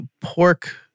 pork